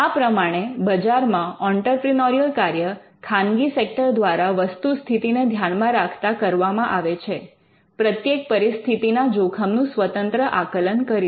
આ પ્રમાણે બજારમાં ઑંટરપ્રિનોરિયલ કાર્ય ખાનગી સેક્ટર દ્વારા વસ્તુસ્થિતિને ધ્યાનમાં રાખતા કરવામાં આવે છે પ્રત્યેક પરિસ્થિતિના જોખમનું સ્વતંત્ર આકલન કરીને